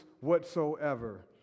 whatsoever